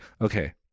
Okay